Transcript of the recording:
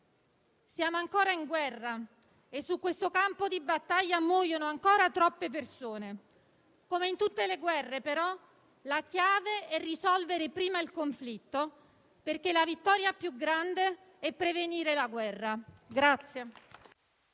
Siamo ancora in guerra e su questo campo di battaglia muoiono ancora troppe persone. Come in tutte le guerre però la chiave è risolvere prima il conflitto, perché la vittoria più grande è prevenire la guerra.